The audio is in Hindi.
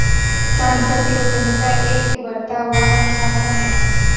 सांस्कृतिक उद्यमिता एक उभरता हुआ अनुशासन है